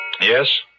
Yes